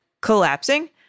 collapsing